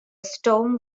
storm